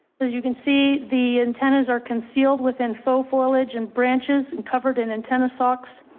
as you can see, the antennas are concealed within foa, foliage, and branches and covered in and tennis socks